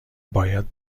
باید